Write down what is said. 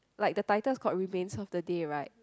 like the title called Remains of the Day right